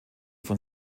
von